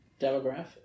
demographic